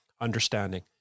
Understanding